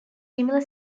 similar